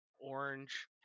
orange